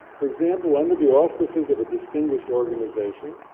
for example, under the auspices of a distinguished organisation,